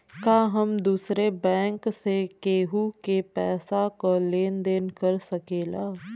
का हम दूसरे बैंक से केहू के पैसा क लेन देन कर सकिला?